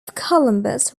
columbus